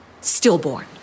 stillborn